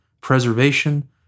preservation